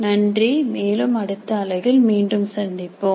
நன்றி மேலும் அடுத்த அலகில் மீண்டும் சந்திப்போம்